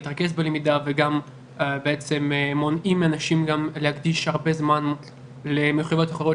להתרכז בלמידה וגם מונעים מאנשים גם להקדיש הרבה זמן למחויבויות אחרות